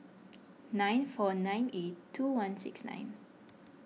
nine four nine eight two one six nine